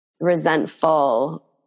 resentful